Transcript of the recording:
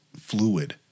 fluid